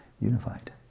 Unified